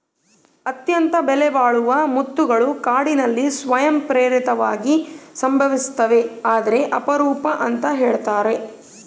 ಅತ್ಯಂತ ಬೆಲೆಬಾಳುವ ಮುತ್ತುಗಳು ಕಾಡಿನಲ್ಲಿ ಸ್ವಯಂ ಪ್ರೇರಿತವಾಗಿ ಸಂಭವಿಸ್ತವೆ ಆದರೆ ಅಪರೂಪ ಅಂತ ಹೇಳ್ತರ